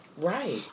Right